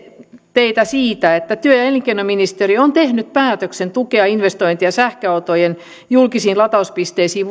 teitä siitä että työ ja elinkeinoministeriö on tehnyt päätöksen tukea investointeja sähköautojen julkisiin latauspisteisiin